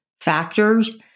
factors